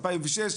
2006,